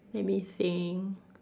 let me think